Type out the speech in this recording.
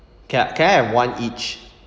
can can I have one each